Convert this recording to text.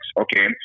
Okay